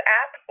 app